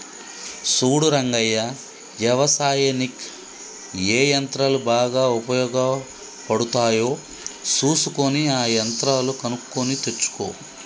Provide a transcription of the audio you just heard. సూడు రంగయ్య యవసాయనిక్ ఏ యంత్రాలు బాగా ఉపయోగపడుతాయో సూసుకొని ఆ యంత్రాలు కొనుక్కొని తెచ్చుకో